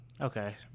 Okay